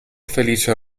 felice